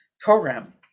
program